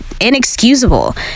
inexcusable